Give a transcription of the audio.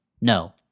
No